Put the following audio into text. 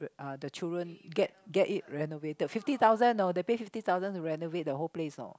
uh the children get get it renovated fifty thousand you know they pay fifty thousand to renovate the whole place know